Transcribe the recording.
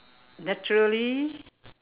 naturally